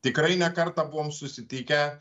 tikrai ne kartą buvom susitikę